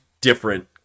different